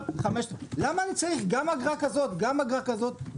למה צריך גם אגרה כזו, למה אגרה כזאת?